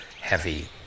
heavy